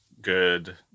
good